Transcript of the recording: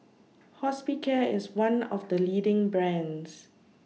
Hospicare IS one of The leading brands